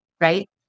right